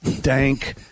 dank